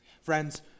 Friends